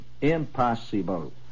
impossible